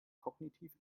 kognitiv